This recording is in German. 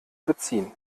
beziehen